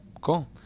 cool